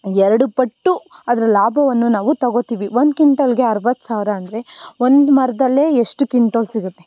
ಎರಡು ಪಟ್ಟು ಅದರ ಲಾಭವನ್ನು ನಾವು ತಗೊತೀವಿ ಒಂದು ಕಿಂಟೋಲ್ಗೆ ಅರವತ್ತು ಸಾವಿರ ಅಂದರೆ ಒಂದು ಮರದಲ್ಲೇ ಎಷ್ಟು ಕಿಂಟೋಲ್ ಸಿಗುತ್ತೆ